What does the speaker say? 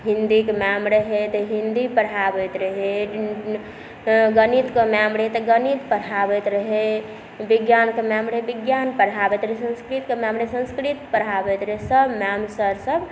हिन्दीके मैम रहै तऽ हिन्दी पढ़ाबैत रहै गणितके मैम रहै तऽ गणित पढ़ाबैत रहै विज्ञानके मैम रहै विज्ञान पढ़ाबैत रहै संस्कृतके मैम रहै संस्कृत पढ़ाबैत रहै सब मैम सर सब